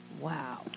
Wow